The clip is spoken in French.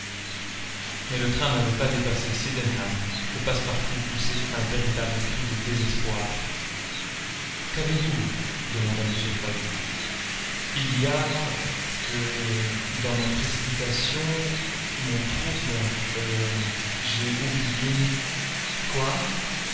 mais le train n'avait pas dépassé sydenham que passepartout poussait un véritable cri de désespoir qu'avez-vous demanda mr fogg il y a que dans ma précipitation mon trouble j'ai oublié quoi